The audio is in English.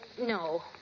no